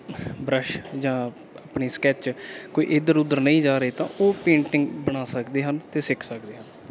brush ਜਾਂ ਆਪਣੀ sketch ਕੋਈ ਇੱਧਰ ਉੱਧਰ ਨਹੀਂ ਜਾ ਰਹੇ ਤਾਂ ਉਹ ਪੇਂਟਿੰਗ ਬਣਾ ਸਕਦੇ ਹਨ ਅਤੇ ਸਿੱਖ ਸਕਦੇ ਹਨ